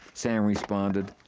sam responded.